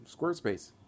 Squarespace